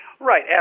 Right